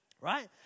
Right